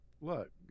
look